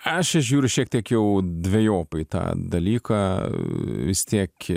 aš žiūriu šiek tiek jau dvejopai į tą dalyką vis tiek